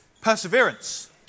perseverance